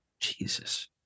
jesus